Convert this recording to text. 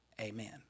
Amen